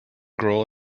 girl